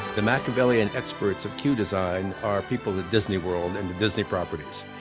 the machiavellian experts of queue design are people are disney world and the disney properties.